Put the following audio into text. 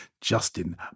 Justin